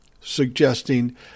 suggesting